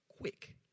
quick